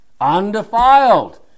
undefiled